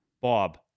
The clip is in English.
Bob